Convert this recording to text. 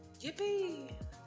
Yippee